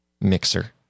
mixer